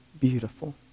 beautiful